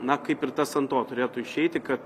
na kaip ir tas ant to turėtų išeiti kad